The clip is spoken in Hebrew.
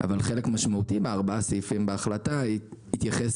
אבל חלק משמעותי בארבעה סעיפים בהחלטה התייחס